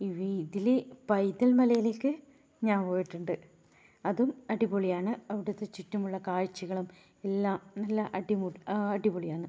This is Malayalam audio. ഇവ ഇതിൽ പൈതൽ മലയിലേക്ക് ഞാൻ പോയിട്ടുണ്ട് അതും അടിപൊളിയാണ് അവിടുത്തെ ചുറ്റുമുള്ള കാഴ്ചകളും എല്ലാം നല്ല അടിപൊളി അടിപൊളിയാണ്